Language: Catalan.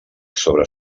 sobre